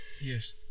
yes